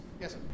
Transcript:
Yes